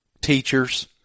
teachers